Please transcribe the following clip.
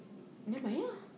never mind ah